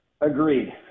Agreed